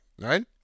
right